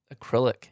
acrylic